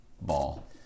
ball